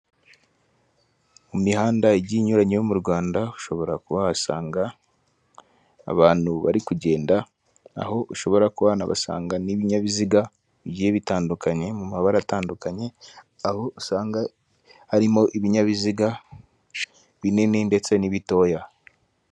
Imihanda igiye inyuranye yo mu Rwanda ushobora kuba wahasanga abantu bari kugenda, aho ushobora kuba wanahasanga n'ibinyabiziga bigiye bitandukanye, mu mabara atandukanye, aho usanga harimo ibinyabiziga binini ndetse n'ibitoya.